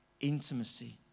intimacy